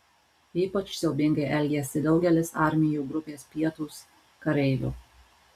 ypač siaubingai elgėsi daugelis armijų grupės pietūs kareivių